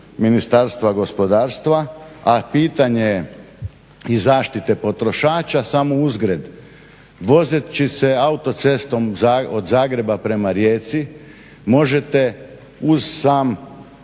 Ministarstva gospodarstva, a pitanje je i zaštite potrošača, samo uzgred. Vozeći se autocestom od Zagreba prema Rijeci možete uz sam,